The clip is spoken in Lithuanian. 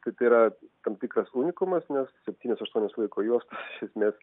tai tai yra tam tikras unikumas nes septynios aštuonios laiko juostos iš esmės